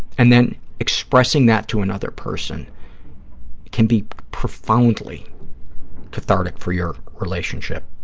and then expressing that to another person can be profoundly cathartic for your relationship.